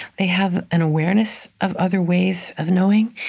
they have an awareness of other ways of knowing,